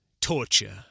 torture